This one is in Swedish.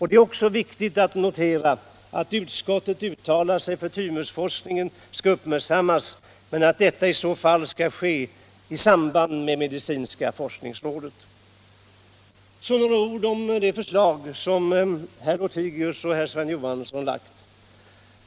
Det är också viktigt att notera att utskottet uttalar sig för att tymusforskningen uppmärksammas, men att detta i så fall sker i samband med medicinska forskningsrådet. Så några ord om det förslag som herr Lothigius och herr Sven Johansson lagt.